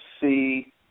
see